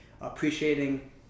appreciating